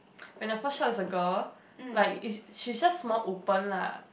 when the first child is a girl like is she's just more open lah